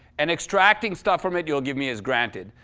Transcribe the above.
and extracting stuff from it you'll give me is granted.